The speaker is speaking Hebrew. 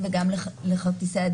אתם הצגתם את שכר העבודה.